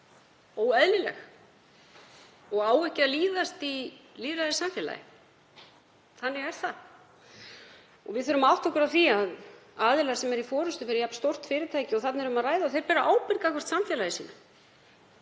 óeðlileg og á ekki að líðast í lýðræðissamfélagi. Þannig er það. Við þurfum að átta okkur á því að aðilar sem eru í forystu fyrir jafn stórt fyrirtæki og þarna er um að ræða bera ábyrgð gagnvart samfélagi sínu